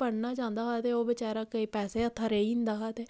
पुढ़ना चांह्दा ते ओह् बेचारा पैसे हत्था रेही जंदा हा ते